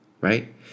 right